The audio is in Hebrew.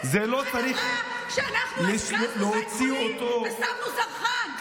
עאידה סלימאן אמרה שאנחנו הפגזנו בית חולים ושמנו זרחן.